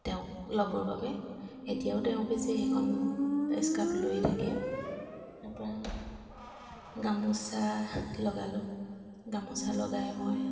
তেওঁক ল'বৰ বাবে এতিয়াও তেওঁ পিছে সেইখন স্কাৰ্ফ লৈয়ে থাকে তাৰপৰা গামোচা লগালোঁ গামোচা লগাই মই